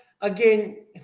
again